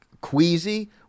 queasy